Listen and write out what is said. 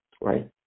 right